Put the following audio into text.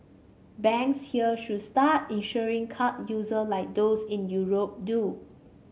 banks here should start insuring card users like those in Europe do